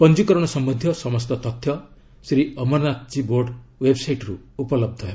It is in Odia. ପଞ୍ଜିକରଣ ସମ୍ୟନ୍ଧୀୟ ସମସ୍ତ ତଥ୍ୟ ଶ୍ରୀ ଅମରନାଥଜୀ ବୋର୍ଡ ୱେବ୍ସାଇଟ୍ରୁ ଉପଲବ୍ଧ ହେବ